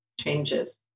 changes